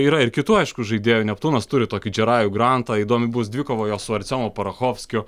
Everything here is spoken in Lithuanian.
yra ir kitų aišku įžaidėjų neptūnas turi tokį džerajų grantą įdomi bus dvikova jo su artsiomu parahovskiu